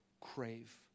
crave